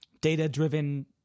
data-driven